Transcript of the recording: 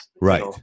Right